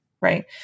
Right